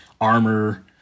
armor